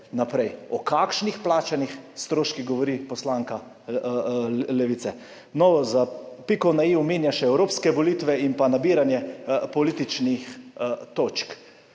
naprej. O kakšnih plačanih stroških govori poslanka Levice? Za piko na i omenja še evropske volitve in nabiranje političnih točk.